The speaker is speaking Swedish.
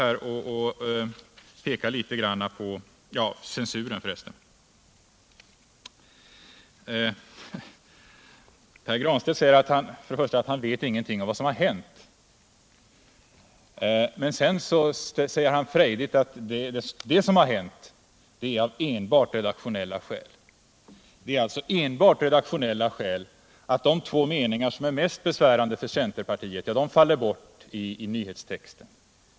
Pär Granstedt säger först att han inte vet någonting om vad som har hänt. Men sedan säger han frejdigt att det som har hänt hade enbart redaktionella orsaker. Det är alltså enbart av redaktionella skäl som de två meningar som är mest besvärande för centerpartiet fallit bort i nyhets texten.